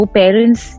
parents